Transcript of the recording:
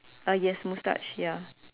uh yes mustache ya